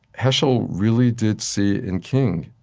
heschel really did see, in king,